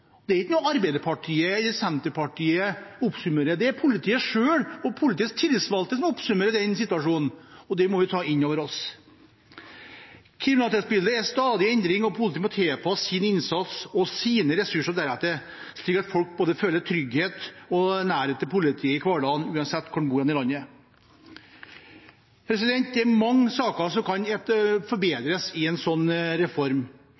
Det er ikke noe Arbeiderpartiet eller Senterpartiet oppsummerer, det er politiet selv og politiets tillitsvalgte som oppsummerer den situasjonen, og det må vi ta inn over oss. Kriminalitetsbildet er i stadig endring, og politiet må tilpasse sin innsats og sine ressurser deretter, slik at folk føler både trygghet og nærhet til politiet i hverdagen uansett hvor en bor i landet. Det er mange saker som kan forbedres i en sånn reform,